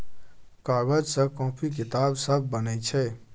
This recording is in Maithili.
कागज सँ कांपी किताब सब बनै छै